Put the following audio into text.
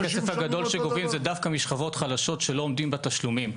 הכסף הגדול שגובים זה דווקא משכבות חלשות שלא עומדים בתשלומים.